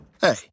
Hey